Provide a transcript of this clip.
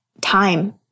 time